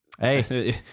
Hey